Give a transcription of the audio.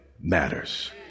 matters